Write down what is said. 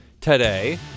today